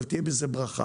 אבל תהיה בזה ברכה.